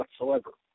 whatsoever